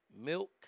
milk